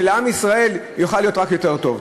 שלעם ישראל יוכל להיות רק יותר טוב.